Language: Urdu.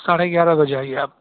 ساڑھے گیارہ بجے آئیے آپ